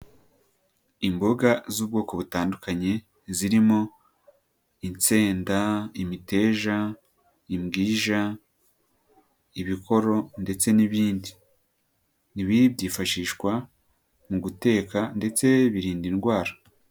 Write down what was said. Imboga z'ubwoko butandukanye zirimo: insenda, imiteja, imbwija, ibikoro ndetse n'ibindi. Ibi byifashishwa mu guteka ndetse birinda indwara.